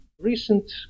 recent